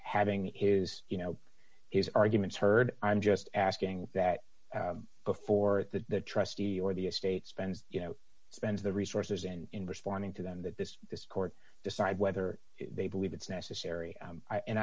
having his you know his arguments heard i'm just asking that before the trustee or the estate spends you know spends the resources and in responding to them that this this court decide whether they believe it's necessary